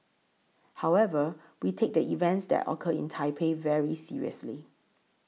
however we take the events that occurred in Taipei very seriously